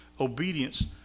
obedience